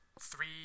three